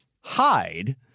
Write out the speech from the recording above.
hide